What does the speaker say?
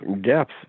depth